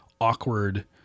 awkward